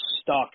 stuck